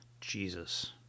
Jesus